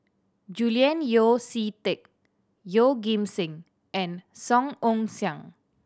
Julian Yeo See Teck Yeoh Ghim Seng and Song Ong Siang